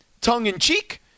tongue-in-cheek